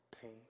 pain